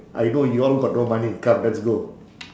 I know you all got no money come let's go